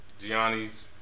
Gianni's